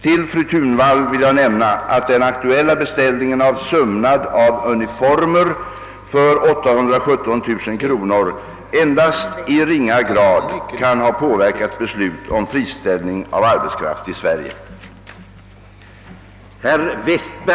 För fru Thunvall vill jag nämna att den aktuella beställningen av sömnad av uniformer för 817 000 kronor endast i ringa grad kan ha påverkat beslut om friställning av arbetskraft i Sverige.